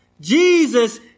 Jesus